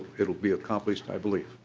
it will be accomplished i believe.